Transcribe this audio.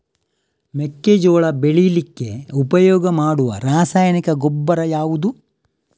ಮೆಕ್ಕೆಜೋಳ ಬೆಳೀಲಿಕ್ಕೆ ಉಪಯೋಗ ಮಾಡುವ ರಾಸಾಯನಿಕ ಗೊಬ್ಬರ ಯಾವುದು?